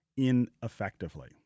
Ineffectively